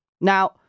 Now